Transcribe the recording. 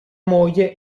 moglie